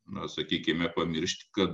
na sakykime pamiršti kad